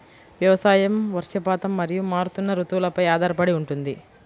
వ్యవసాయం వర్షపాతం మరియు మారుతున్న రుతువులపై ఆధారపడి ఉంటుంది